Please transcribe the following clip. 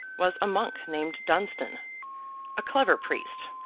was a monk named dunstan a clever priest,